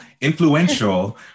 influential